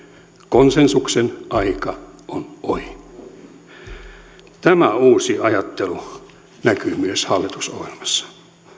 konsensuksen aika on ohi tämä uusi ajattelu näkyy myös hallitusohjelmassa